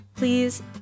please